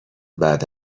بعد